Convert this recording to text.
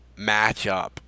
matchup